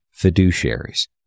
fiduciaries